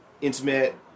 intimate